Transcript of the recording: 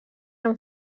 eren